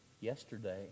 yesterday